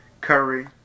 Curry